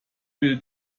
will